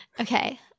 Okay